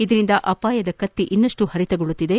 ಇದರಿಂದ ಅಪಾಯದ ಕತ್ತಿ ಇನ್ನಷ್ಟು ಹರಿತಗೊಳ್ಳುತ್ತಿದೆ